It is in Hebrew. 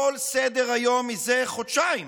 כל סדר-היום מזה חודשיים